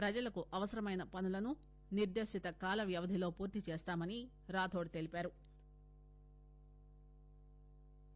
ప్రజలకు అవసరమైన పనులను నిర్దేశిత కాల వ్యవధిలో పూర్తి చేస్తామని రాథోడ్ తెలిపారు